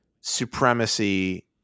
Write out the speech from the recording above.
supremacy